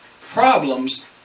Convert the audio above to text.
problems